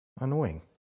annoying